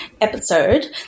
episode